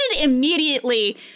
immediately